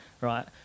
right